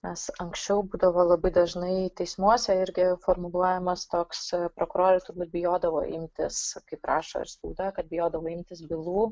nes anksčiau būdavo labai dažnai teismuose ir kai formuluojamas toks prokurorai turbūt bijodavo imtis kaip rašo ir spauda kad bijodavo imtis bylų